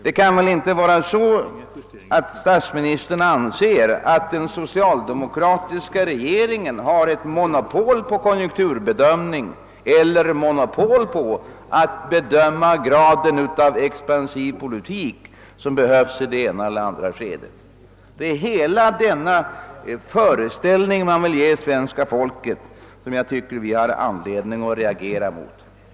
Statsministern kan väl inte anse att den socialdemokratiska regeringen har ett monopol på konjunkturbedömning eller monopol på att bedö ma den grad av expansivitet i politiken som behövs i det ena eller andra läget. Jag tycker att det finns anledning att reagera mot att regeringen försöker inge svenska folket en felaktig föreställning.